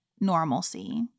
normalcy